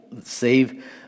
save